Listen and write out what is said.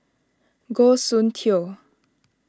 Goh Soon Tioe